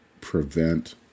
prevent